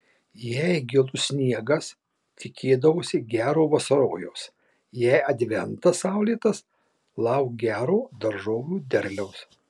jei gilus sniegas tikėdavosi gero vasarojaus jei adventas saulėtas lauk gero daržovių derliaus